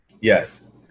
Yes